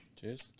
Cheers